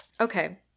Okay